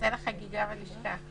בכפוף לכך שהפיצול יעבור במליאה.